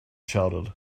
shouted